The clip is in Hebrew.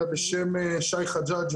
אלא בשם שי חג'ג',